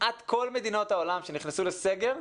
כמעט כל מדינות העולם שנכנסו לסגר,